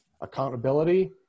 accountability